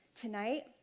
tonight